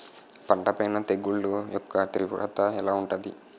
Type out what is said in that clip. పంట పైన తెగుళ్లు యెక్క తీవ్రత ఎలా ఉంటుంది